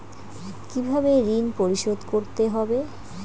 কিভাবে ঋণ পরিশোধ করতে হবে?